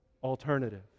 alternative